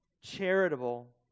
charitable